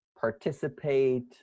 participate